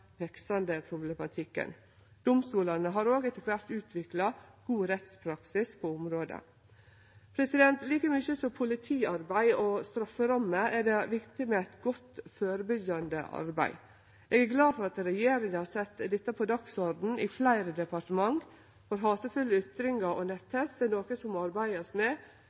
veksande problematikken. Domstolane har òg etter kvart utvikla god rettspraksis på området Like mykje som politiarbeid og strafferammer er det viktig med eit godt førebyggjande arbeid. Eg er glad for at regjeringa har sett dette på dagsordenen i fleire departement, for hatefulle ytringar og netthets er noko som må arbeidast med